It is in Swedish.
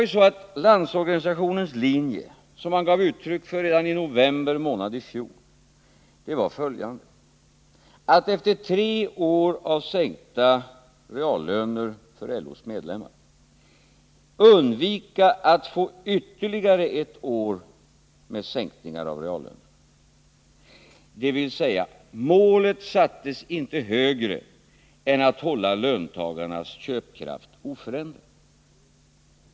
Landsorganisationens linje, som man gav uttryck för redan i november månad i fjol, var att efter tre år av sänkta reallöner för LO:s medlemmar undvika att få ytterligare ett år med sänkningar av reallönerna. Målet sattes alltså inte högre än att ha löntagarnas köpkraft oförändrad.